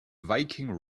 viking